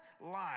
life